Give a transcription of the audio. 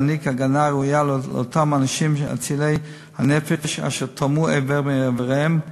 להעניק הגנה ראויה לאותם אנשים אצילי הנפש אשר תרמו איבר מאיבריהם,